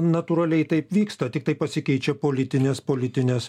natūraliai taip vyksta tiktai pasikeičia politinės politinės